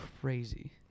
crazy